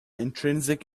intrinsic